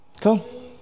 Cool